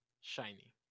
Shiny